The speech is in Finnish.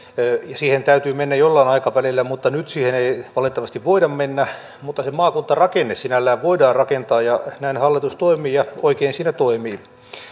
siihen täytyy mennä jollain aikavälillä mutta nyt siihen ei valitettavasti voida mennä mutta se maakuntarakenne sinällään voidaan rakentaa ja näin hallitus toimii ja oikein siinä toimii